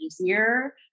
easier